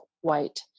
white